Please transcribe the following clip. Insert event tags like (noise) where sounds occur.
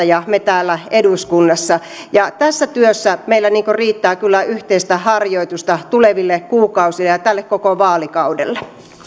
(unintelligible) ja me täällä eduskunnassa tässä työssä meillä riittää kyllä yhteistä harjoitusta tuleville kuukausille ja tälle koko vaalikaudelle